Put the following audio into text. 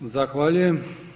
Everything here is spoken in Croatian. Zahvaljujem.